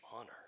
honor